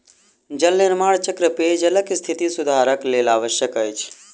जल निर्माण चक्र पेयजलक स्थिति सुधारक लेल आवश्यक अछि